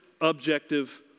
objective